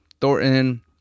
Thornton